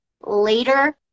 Later